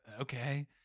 okay